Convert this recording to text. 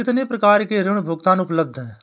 कितनी प्रकार के ऋण भुगतान उपलब्ध हैं?